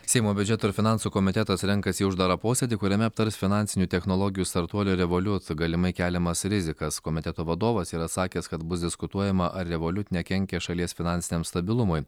seimo biudžeto ir finansų komitetas renkasi į uždarą posėdį kuriame aptars finansinių technologijų startuolio revoliut galimai keliamas rizikas komiteto vadovas yra sakęs kad bus diskutuojama ar revoliut nekenkia šalies finansiniam stabilumui